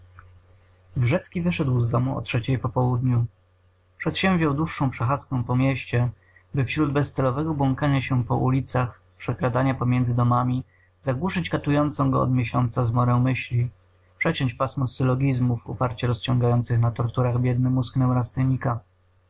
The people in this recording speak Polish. wrzecki wyszedł z domu o trzeciej po południu przedsięwziął dłuższą przechadzkę po mieście by wśród bezcelowego błąkania się po ulicach przekradania pomiędzy domami zagłuszyć katującą go od miesiąca zmorę myśli przeciąć pasmo syllogizmów uparcie rozciągających na torturach biedny mózg